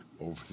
over